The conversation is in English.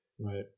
Right